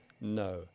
no